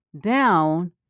down